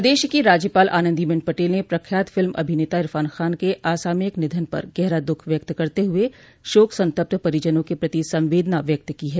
प्रदेश की राज्यपाल आनंदीबेन पटेल ने प्रख्यात फिल्म अभिनेता इरफान खान के असामयिक निधन पर गहरा द्ःख व्यक्त करते हुए शोक संतप्त परिजनों के प्रति संवेदना व्यक्त की है